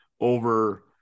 over